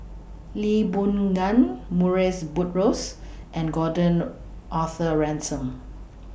Lee Boon Ngan Murrays Buttrose and Gordon Arthur Ransome